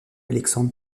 alexandre